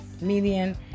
median